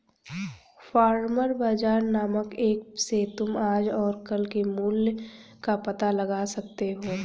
farmer बाजार नामक app से तुम आज और कल के मूल्य का पता लगा सकते हो